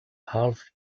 half